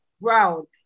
Brown